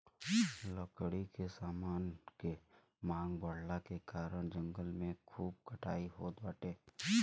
लकड़ी के समान के मांग बढ़ला के कारण जंगल के खूब कटाई होत बाटे